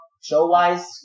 Show-wise